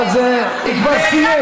אבל הוא כבר סיים,